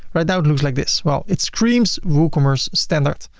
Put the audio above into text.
right now, it looks like this. well, it screams woocommerce standard.